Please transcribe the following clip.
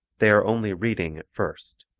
they are only reading at first.